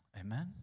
Amen